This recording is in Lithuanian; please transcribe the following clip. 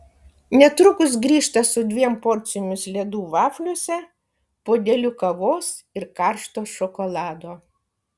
netrukus grįžta su dviem porcijomis ledų vafliuose puodeliu kavos ir karšto šokolado